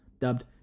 dubbed